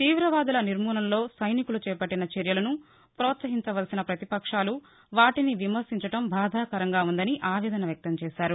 తీవవాదుల నిర్మూలనలో సైనికులు చేపట్లిన చర్యలను ప్రోత్సహించవలసిన ప్రతిపక్షాలు వాటీని విమర్శించడం బాధాకరంగా ఉందని ఆవేదన వ్యక్తం చేశారు